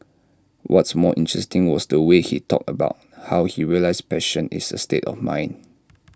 what's more interesting was the way he talked about how he realised passion is A state of mind